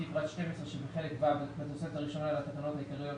לפי פרט 12 שבחלק ו' בתוספת הראשונה לתקנות העיקריות,